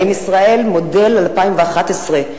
האם ישראל מודל 2011,